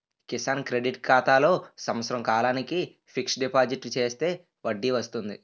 Kisan credit ఖాతాలో సంవత్సర కాలానికి ఫిక్స్ డిపాజిట్ చేస్తే వడ్డీ వస్తుంది